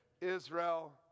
Israel